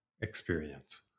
experience